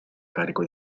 carico